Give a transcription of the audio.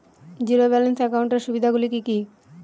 Zero balance একাউন্টের সুবিধা গুলি কি কি?